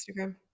Instagram